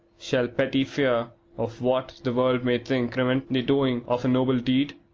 shall petty fear of what the world may think prevent the doing of a noble deed?